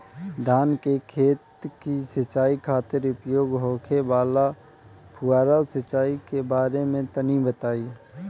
धान के खेत की सिंचाई खातिर उपयोग होखे वाला फुहारा सिंचाई के बारे में तनि बताई?